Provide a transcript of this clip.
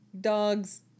dogs